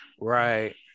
Right